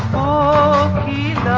o